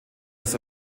das